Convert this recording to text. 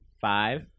five